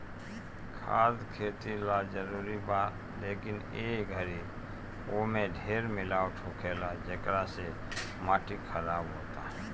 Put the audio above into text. खाद खेती ला जरूरी बा, लेकिन ए घरी ओमे ढेर मिलावट होखेला, जेकरा से माटी खराब होता